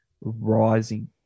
rising